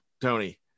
tony